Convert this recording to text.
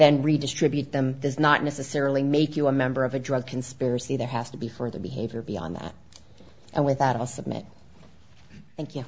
then redistribute them does not necessarily make you a member of a drug conspiracy there has to be for the behavior beyond that and with that i'll submit thank you